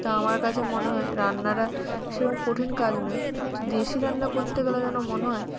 তো আমার কাছে মনে হয় রান্নাটা সেরম কঠিন কাজ নয় কিন্তু দেশি রান্না করতে গেলে যেন মনে হয়